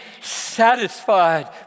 satisfied